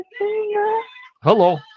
Hello